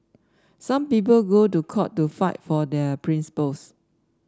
some people go to court to fight for their principles